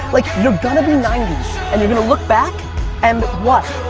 like, you're gonna be ninety and you're gonna look back and what?